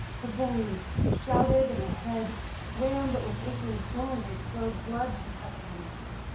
her bones shouted, and her head swam, but with aching bones and slow blood, she pressed on again.